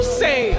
say